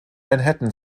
manhattan